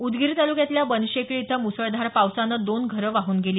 उदगीर तालुक्यातल्या बनशेळकी इथं मुसळधार पावसानं दोन घरं वाहून गेली